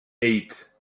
eight